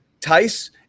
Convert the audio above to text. Tice